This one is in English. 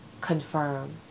confirm